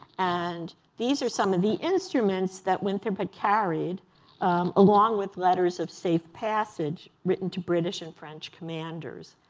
and these are some of the instruments that winthrop had carried along with letters of safe passage written to british and french commanders.